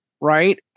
right